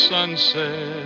Sunset